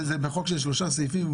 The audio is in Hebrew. זה חוק של שלושה סעיפים,